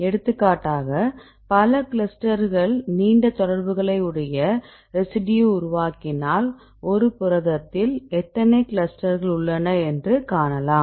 எடுத்துக்காட்டாக பல கிளஸ்டர்கள் நீண்ட தொடர்புகளை உடைய ரெசிடியூ உருவாக்கினால் ஒரு புரதத்தில் எத்தனை கிளஸ்டர்கள் உள்ளன என்று காணலாம்